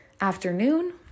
afternoon